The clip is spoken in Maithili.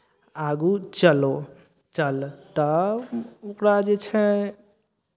आगू चलो चल तऽ ओकरा जे छै